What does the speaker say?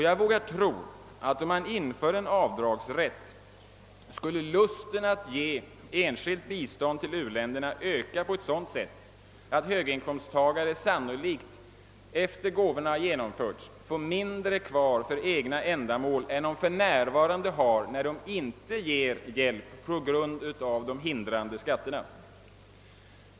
Jag vågar tro att om man inför en avdragsrätt, skulle lusten att ge enskilt bistånd till u-länderna öka på ett sådant sätt att höginkomsttagare efter det att gåvorna hade givits skulle få mindre kvar för egna ändamål än de för närvarande har, när de inte ger hjälp på grund av de hindrande skatterna.